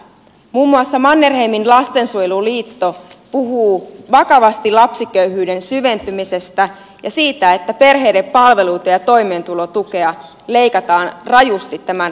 muun muassa mannerheimin lastensuojeluliitto puhuu vakavasti lapsiköyhyyden syventymisestä ja siitä että perheiden palveluita ja toimeentulotukea leikataan rajusti tämän vaalikauden aikana